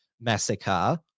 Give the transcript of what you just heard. massacre